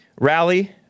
rally